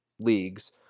leagues